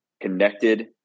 connected